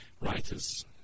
writers